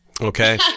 okay